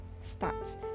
start